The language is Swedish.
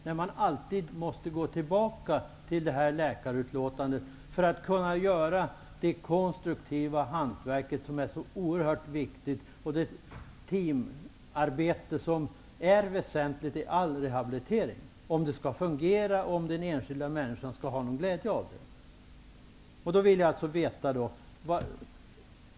Man måste ju alltid gå tillbaka till läkarutlåtandet för att kunna göra det konstruktiva hantverk som är så oerhört viktigt och det teamarbete som är väsentligt vid all rehabilitering för att det hela skall fungera och för att den enskilde skall ha någon glädje av det här.